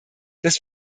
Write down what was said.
dass